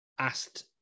asked